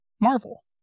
marvel